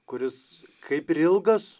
kuris kaip ir ilgas